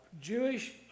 Jewish